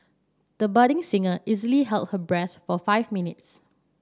the budding singer easily held her breath for five minutes